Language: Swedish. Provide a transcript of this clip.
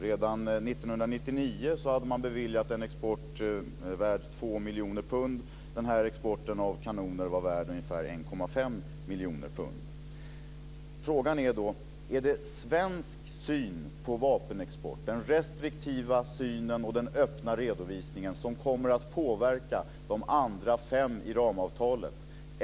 Redan 1999 beviljades en export värd 2 miljoner pund. Den här exporten av kanoner var värd ca 1,5 miljoner pund. Frågan är då: Är det svensk syn på vapenexport, den restriktiva synen och den öppna redovisningen, som kommer att påverka de andra fem i ramavtalet?